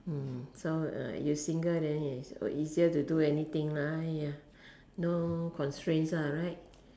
mm so uh you single then is easier to do anything lah !aiya! no constraints right